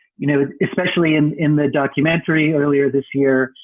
you know, especially in in the documentary earlier this year,